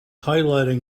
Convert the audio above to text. highlighting